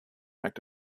act